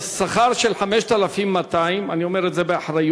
בשכר של 5,200, ואני אומר את זה באחריות,